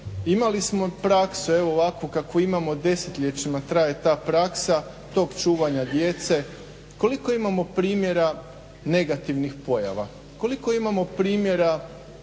Imali smo praksu, evo ovakvu kakvu imamo, desetljećima traje ta praksa tog čuvanja djece. Koliko imamo primjera negativnih pojava, koliko imamo primjera